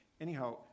Anyhow